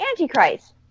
Antichrist